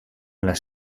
las